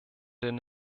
den